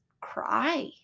cry